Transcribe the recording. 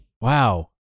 Wow